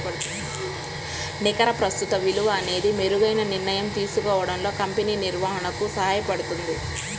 నికర ప్రస్తుత విలువ అనేది మెరుగైన నిర్ణయం తీసుకోవడంలో కంపెనీ నిర్వహణకు సహాయపడుతుంది